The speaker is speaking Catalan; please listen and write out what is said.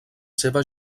seva